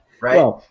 Right